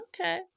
Okay